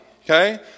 okay